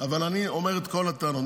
אבל אני אומר את כל הטענות,